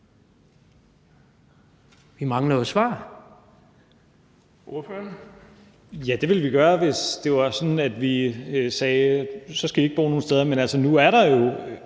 Stoklund (S): Ja, det ville vi gøre, hvis det var sådan, at vi sagde, at så skal I ikke bo nogen steder.